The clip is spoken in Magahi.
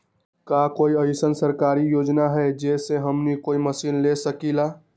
का कोई अइसन सरकारी योजना है जै से हमनी कोई मशीन ले सकीं ला?